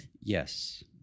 Yes